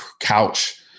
couch